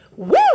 Woo